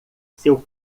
seu